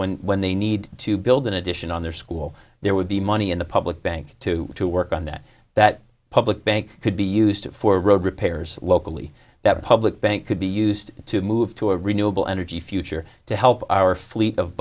when when they need to build an addition on their school there would be money in the public bank too to work on that that public bank could be used for road repairs locally that public bank could be used to move to a renewable energy future to help our fleet of